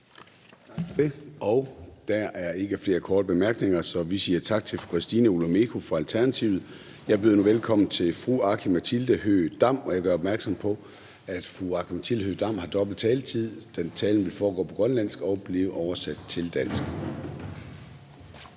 Tak for det. Der er ikke flere korte bemærkninger, så vi siger tak til fru Christina Olumeko fra Alternativet. Jeg byder nu velkommen til fru Aki-Matilda Høegh-Dam, og jeg gør opmærksom på, at fru Aki-Matilda Høegh-Dam har dobbelt taletid, da talen vil foregå på grønlandsk og så blive oversat til dansk.